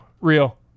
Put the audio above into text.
Real